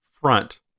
front